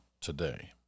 today